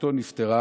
אחותו נפטרה